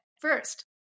first